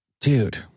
Dude